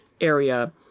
area